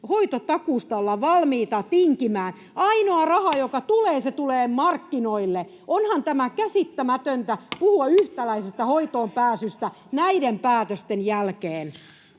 hoitotakuusta ollaan valmiita tinkimään. Ainoa raha, joka tulee, tulee markkinoille. Onhan tämä käsittämätöntä puhua yhtäläisestä hoitoonpääsystä näiden päätösten jälkeen.